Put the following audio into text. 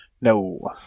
No